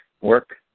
work